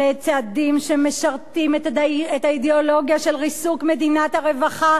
אלה צעדים שמשרתים את האידיאולוגיה של ריסוק מדינת הרווחה,